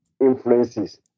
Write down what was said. influences